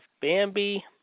Bambi